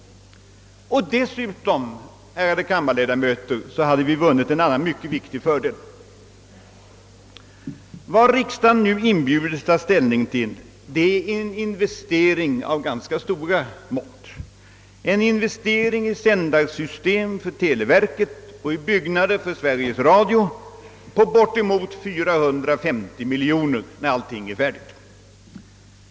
Dessutom, ärade kammarledamöter, hade vi vunnit en annan mycket viktig fördel. Vad riksdagen nu inbjudes att ta ställning till är en investering av ganska stora mått, en investering i sändarsystem för televerket och i byggnader för Sveriges Radio på bortemot 450 miljoner kronor när allting är färdigt.